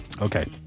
Okay